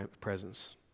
presence